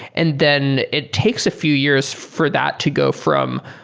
and then it takes few years for that to go from,